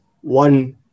one